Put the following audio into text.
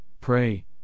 pray